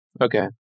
okay